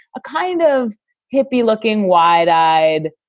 a kind of hippie, looking, wide eyed,